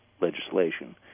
legislation